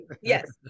Yes